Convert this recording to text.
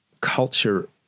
culture